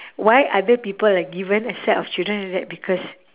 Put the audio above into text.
why other people are given a set of children like that because